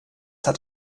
hat